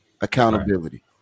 accountability